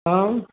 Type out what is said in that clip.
आं